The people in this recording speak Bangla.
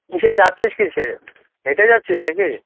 কীসে যাচ্ছিস কীসে হেঁটে যাচ্ছিস না কি